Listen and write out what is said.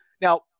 Now